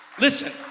Listen